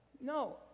No